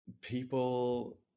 people